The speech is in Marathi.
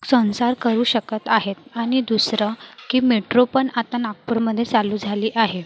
संसार करू शकत आहेत आनि दुसरं की मेट्रोपन आता नागपूरमदे सालू झाली आहे